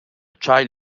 child